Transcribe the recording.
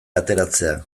ateratzea